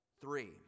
three